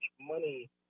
money